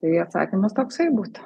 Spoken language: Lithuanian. tai atsakymas toksai būtų